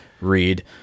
read